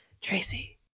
Tracy